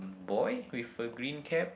boy with a green cap